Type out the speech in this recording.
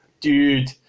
Dude